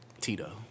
Tito